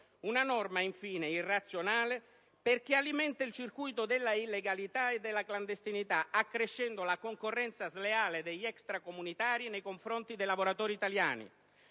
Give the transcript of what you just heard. una norma, infine, irrazionale perché alimenta il circuito della illegalità e della clandestinità, accrescendo la concorrenza sleale degli extracomunitari nei confronti dei lavoratori italiani.